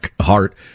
heart